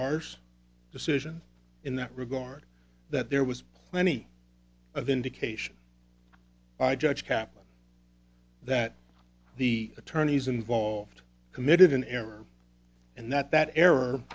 garz decision in that regard that there was plenty of indication by judge kaplan that the attorneys involved committed an error and that that error